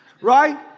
Right